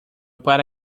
para